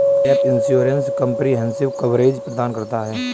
gap insurance comprehensive coverage प्रदान करता है